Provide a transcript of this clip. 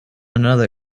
another